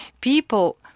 people